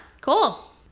cool